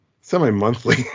semi-monthly